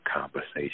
conversation